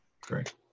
great